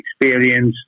experience